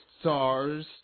stars